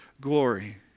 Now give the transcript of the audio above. glory